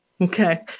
Okay